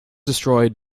destroyed